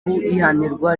ihanurwa